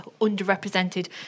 underrepresented